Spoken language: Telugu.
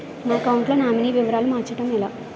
నా అకౌంట్ లో నామినీ వివరాలు మార్చటం ఎలా?